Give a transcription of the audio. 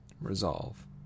Resolve